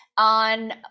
On